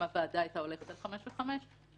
אם הוועדה הייתה הולכת על חמש שנים וחמש שנים,